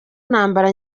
ntambara